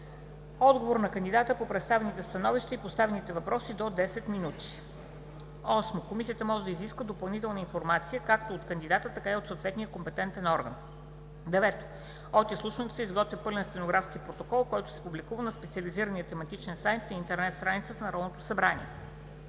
Отговор на кандидата по представените становища и поставените въпроси – до 10 минути. 8. Комисията може да изисква допълнителна информация както от кандидата, така и от съответния компетентен орган. 9. От изслушването се изготвя пълен стенографски протокол, който се публикува на специализирания тематичен сайт на интернет страницата на Народното събрание.